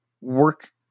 work